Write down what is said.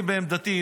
אני בעמדתי,